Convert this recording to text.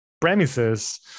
premises